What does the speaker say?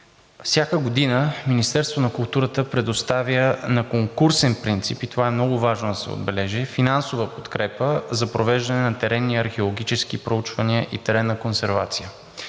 всяка година Министерството на културата предоставя на конкурсен принцип, и това е много важно да се отбележи, финансова подкрепа за провеждане на теренни археологически проучвания и теренна консервация.